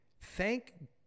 thank